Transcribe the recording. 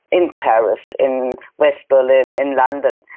in paris, in west berlin, in london.